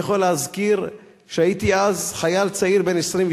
אני יכול להזכיר, הייתי אז חייל צעיר בן 22